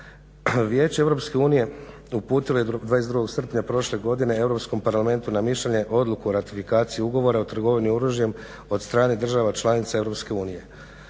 Vijeće EU uputilo je 22. srpnja prošle godine Europskom parlamentu na mišljenje Odluku o ratifikaciji ugovora o trgovini oružjem od strane država članica EU.